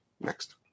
Next